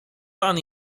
pan